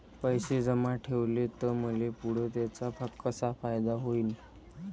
पैसे जमा ठेवले त मले पुढं त्याचा कसा फायदा होईन?